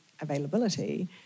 availability